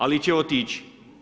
Ali će otići.